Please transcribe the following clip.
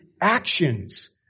actions